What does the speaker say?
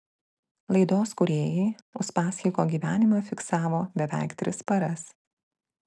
laidos kūrėjai uspaskicho gyvenimą fiksavo beveik tris paras